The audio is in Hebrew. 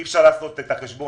אי אפשר לעשות את ההקפאה.